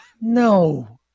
no